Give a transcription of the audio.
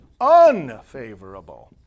unfavorable